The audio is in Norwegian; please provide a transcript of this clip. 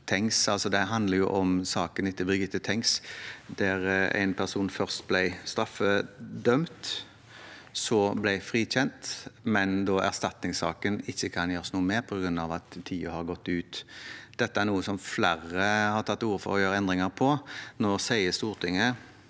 dette handler om saken etter Birgitte Tengs, der en person først ble straffedømt, så frikjent, men der erstatningssaken ikke kan gjøres noe med på grunn av at tiden har gått ut. Dette er noe flere har tatt til orde for å gjøre endringer på.